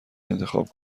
انتخاب